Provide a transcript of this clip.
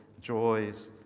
joys